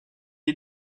est